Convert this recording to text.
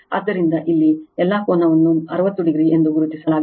ಆದ್ದರಿಂದ ಇಲ್ಲಿ ಎಲ್ಲಾ ಕೋನವನ್ನು 60 oಎಂದು ಗುರುತಿಸಲಾಗಿದೆ